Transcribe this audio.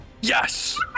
yes